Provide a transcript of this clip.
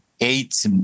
eight